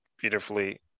beautifully